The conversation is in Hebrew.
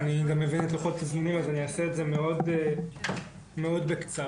אני מבין את לוחות הזמנים אז אני אעשה את זה מאוד מאוד בקצרה.